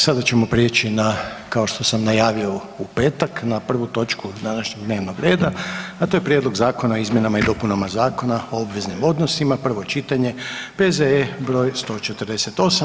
Sada ćemo prijeći na, kao što sam najavio u petak, na prvu točku današnjeg dnevnog reda, a to je: Prijedlog zakona o izmjenama i dopunama Zakona o obveznim odnosima, prvo čitanje, P.Z.E. br. 148.